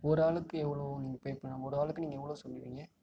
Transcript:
ஒரு ஆளுக்கு எவ்வளோ நீங்கள் பே பண்ண ஒரு ஆளுக்கு நீங்கள் எவ்வளோ சொல்விங்க